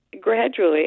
gradually